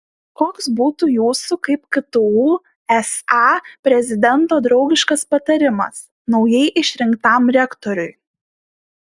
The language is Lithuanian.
koks būtų jūsų kaip ktu sa prezidento draugiškas patarimas naujai išrinktam rektoriui